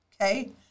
Okay